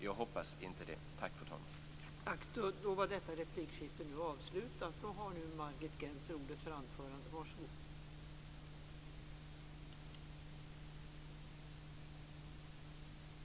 Jag hoppas att det inte är så.